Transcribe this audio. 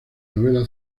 novela